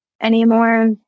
anymore